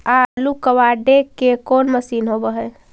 आलू कबाड़े के कोन मशिन होब है?